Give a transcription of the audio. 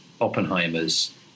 Oppenheimer's